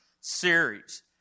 series